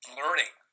learning